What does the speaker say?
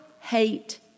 hate